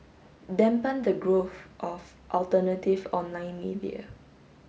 dampen the growth of alternative online media